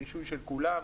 רישוי של כולם,